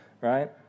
right